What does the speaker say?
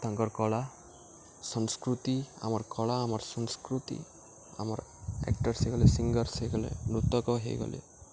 ତାଙ୍କର୍ କଳା ସଂସ୍କୃତି ଆମର୍ କଳା ଆମର୍ ସଂସ୍କୃତି ଆମର୍ ଆକ୍ଟର୍ସ୍ ହେଇଗଲେ ସିଙ୍ଗର୍ସ୍ ହେଇଗଲେ ନୃତକ ହେଇଗଲେ